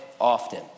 often